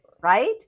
Right